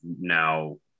now